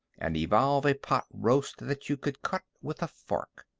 and evolve a pot roast that you could cut with a fork.